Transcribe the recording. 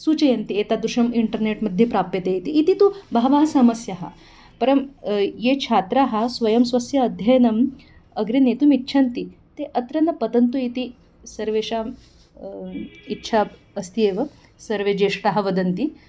सूचयन्ति एतादृशम् इण्टर्नेट् मध्ये प्राप्यते इति इति तु बहवः समस्या परं ये छात्राः स्वयं स्वस्य अध्ययनम् अग्रे नेतुम् इच्छन्ति ते अत्र न पतन्तु इति सर्वेषाम् इच्छा अस्ति एव सर्वे ज्येष्ठाः वदन्ति